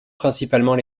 principalement